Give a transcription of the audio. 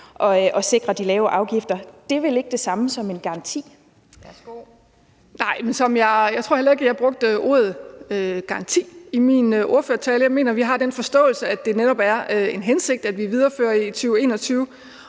Værsgo. Kl. 14:22 Kathrine Olldag (RV): Nej, men jeg tror heller ikke, jeg brugte ordet garanti i min ordførertale. Jeg mener, vi har den forståelse, at det netop er en hensigt, at vi viderefører det i 2021.